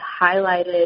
highlighted